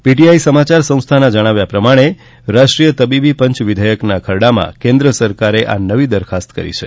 PTI સમાચાર સંસ્થાના જણાવ્યા પ્રમાણે રાષ્ટ્રીય તબીબી પંચ વિધેયકના ખરડામાં કેન્દ્ર સરકારે આ નવી દરખાસ્ત કરી છે